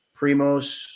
Primos